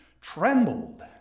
trembled